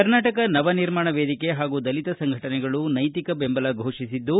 ಕರ್ನಾಟಕ ನವ ನಿರ್ಮಾಣ ವೇದಿಕೆ ಹಾಗೂ ದಲಿತ ಸಂಘಟನೆಗಳು ನೈತಿಕ ಬೆಂಬಲ ಘೋಷಿಸಿದ್ದು